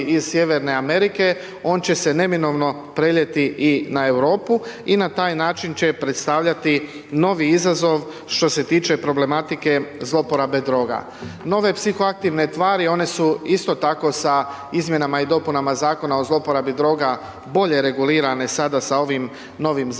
iz Sjeverne Amerike on će se neminovno preliti i na Europu i na taj način će predstavljati novi izazov što se tiče problematike zlouporabe droga. Nove psihoaktivne tvari, one su isto tako sa Izmjenama i dopunama Zakona o zlouporabi droga bolje regulirane sada sa ovim novim zakonom.